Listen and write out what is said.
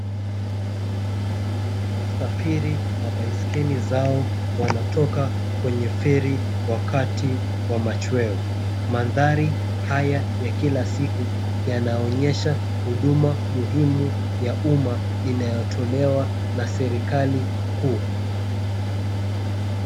Wasafiri na baisikeli zao wanatoka kwenye feri wakati wa machweo. Mandhari haya ya kila siku yanaonyesha huduma muhimu ya uma inayotolewa na serikali kuu.